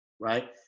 Right